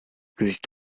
gesicht